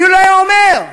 אילו היה אומר: